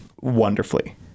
wonderfully